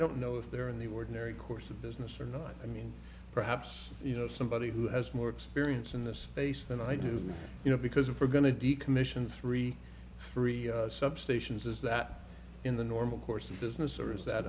don't know if they're in the ordinary course of business or not i mean perhaps you know somebody who has more experience in this space than i do you know because if we're going to decommission three three substations is that in the normal course of business or is that